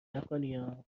نکنیا